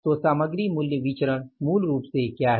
तो सामग्री मूल्य विचरण मूल रूप से क्या है